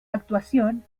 actuación